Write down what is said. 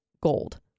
gold